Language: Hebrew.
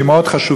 שהיא מאוד חשובה,